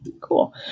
Cool